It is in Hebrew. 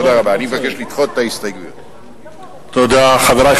תודה רבה.